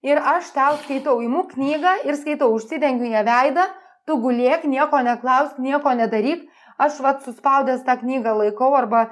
ir aš tau skaitau imu knygą ir skaitau užsidengiu ja veidą tu gulėk nieko neklausk nieko nedaryk aš vat suspaudęs tą knygą laikau arba